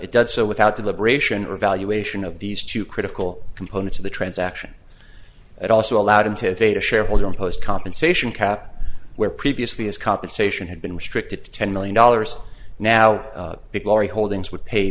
it does so without deliberation or evaluation of these two critical components of the transaction it also allowed him to evade a shareholder imposed compensation cap where previously his compensation had been restricted to ten million dollars now because the holdings would pay